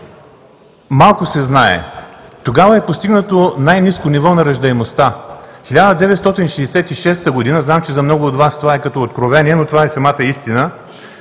малко се знае. Тогава е постигнато най-ниско ниво на раждаемостта. В 1966 г. – знам, че за много от Вас това е като откровение, но това е самата истина,